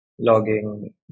logging